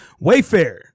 Wayfair